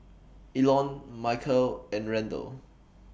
Elon Michale and Randle